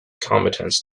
combatants